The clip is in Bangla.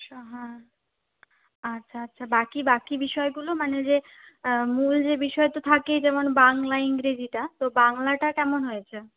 আচ্ছা হ্যাঁ আচ্ছা আচ্ছা বাকি বাকি বিষয়গুলো মানে যে মূল যে বিষয় তো থাকেই যেমন বাংলা ইংরেজীটা তো বাংলাটা কেমন হয়েছে